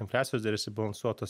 infliacijos dėl išsibalansuotos